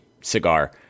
cigar